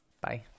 Bye